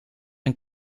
een